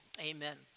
Amen